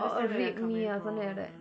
or rape me or something like that